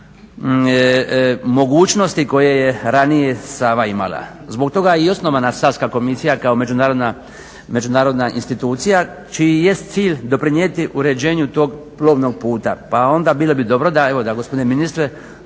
mogućnosti koje je ranije Sava imala. Zbog toga je i osnovana Savska komisija kao međunarodna institucija čiji jest cilj doprinijeti uređenju tog plovnog puta. Pa onda bilo bi dobro, evo da gospodine ministre